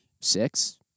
six